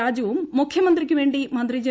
രാജുവും മുഖ്യമന്ത്രിക്കുവേണ്ടി മന്ത്രി ജെ